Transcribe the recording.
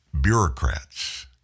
Bureaucrats